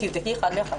אם תבדקי אחד לאחד,